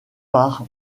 par